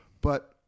But-